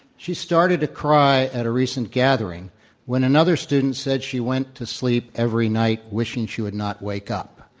she started to cry at a recent gathering when another student said she went to sleep every night wishing she would not wake up.